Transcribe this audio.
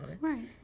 right